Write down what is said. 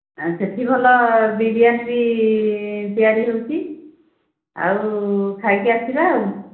ସେଇଠି ଭଲ ବିରିୟାନିବି ତିଆରି ହେଉଛି ଆଉ ଖାଇକି ଆସିବା ଆଉ